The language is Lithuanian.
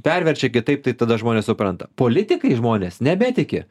perverčia kitaip tai tada žmonės supranta politikais žmonės nebetiki